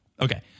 Okay